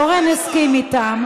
אורן הסכים אתם.